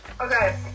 Okay